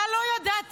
אתה לא ידעת,